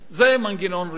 זה המנגנון הראשון.